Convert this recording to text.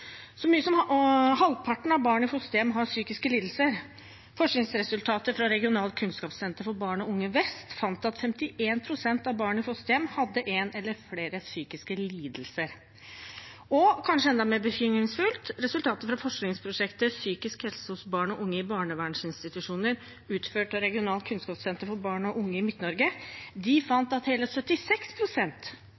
Så mye som halvparten av barn i fosterhjem har psykiske lidelser. Forskningsresultater fra Regionalt kunnskapssenter for barn og unge Vest fant at 51 pst. av barn i fosterhjem hadde én eller flere psykiske lidelser. Og, kanskje enda mer bekymringsfullt, resultater fra forskningsprosjektet Psykisk helse hos barn og unge i barneverninstitusjoner, utført at Regionalt kunnskapssenter for barn og unge